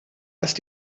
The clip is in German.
ist